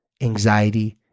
anxiety